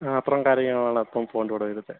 ആ അത്രേം കാര്യങ്ങളാണ് ഇപ്പം ഫോണിൻറെ കൂടെ വരുന്നത്